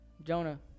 Jonah